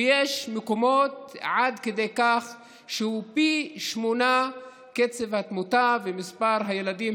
ויש מקומות שזה עד כדי כך שקצב התמותה ומספר הילדים